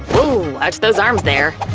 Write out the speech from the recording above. watch those arms there!